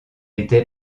était